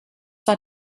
war